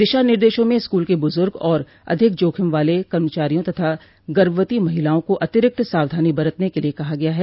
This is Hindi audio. दिशा निर्देशों में स्कूल के बुजुर्ग और अधिक जोखिम वाले कर्मचारियों तथा गर्भवती महिलाओं को अतिरिक्त सावधानी बरतने के लिए कहा गया है